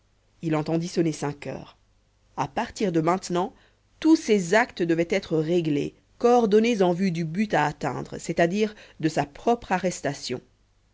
il entendit sonner cinq heures à partir de maintenant tous ses actes devaient être réglés coordonnés en vue du but à atteindre c'està-dire de sa propre arrestation